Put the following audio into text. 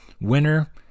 Winner